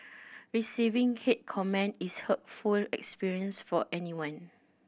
receiving hate comment is a hurtful experience for anyone